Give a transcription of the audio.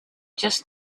just